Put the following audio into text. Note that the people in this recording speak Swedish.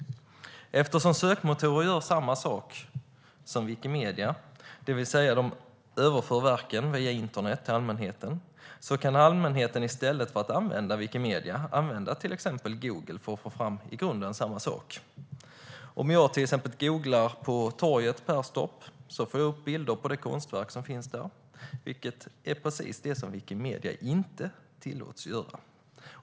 Eftersom sökmotorer gör samma sak som Wikimedia, det vill säga att de överför verken via internet till allmänheten, kan allmänheten i stället för att använda Wikimedia använda till exempel Google för att få fram i grunden samma sak. Om jag till exempel googlar på "torget Perstorp" får jag upp bilder på det konstverk som finns där, vilket är precis det som Wikimedia inte tillåts göra.